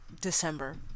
December